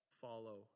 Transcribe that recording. follow